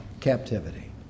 captivity